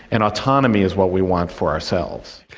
and autonomy is what we want for ourselves.